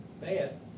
bad